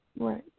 Right